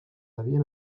havien